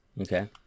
Okay